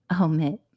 omit